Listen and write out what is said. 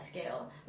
scale